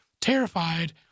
Terrified